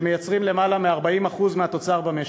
שמייצרים למעלה מ-40% מהתוצר במשק,